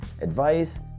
advice